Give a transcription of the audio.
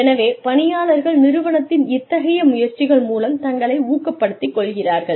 எனவே பணியாளர்கள் நிறுவனத்தின் இத்தகைய முயற்சிகள் மூலம் தங்களை ஊக்கப்படுத்திக் கொள்கிறார்கள்